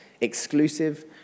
exclusive